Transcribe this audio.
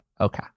Okay